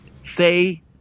Say